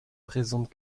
présente